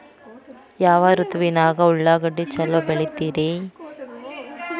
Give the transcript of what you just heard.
ಯಾವ ಋತುವಿನಾಗ ಉಳ್ಳಾಗಡ್ಡಿ ಛಲೋ ಬೆಳಿತೇತಿ ರೇ?